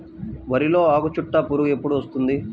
వరిలో ఆకుచుట్టు పురుగు ఎప్పుడు వస్తుంది?